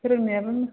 फोरोंनायाबो